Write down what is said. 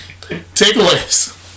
Takeaways